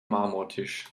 marmortisch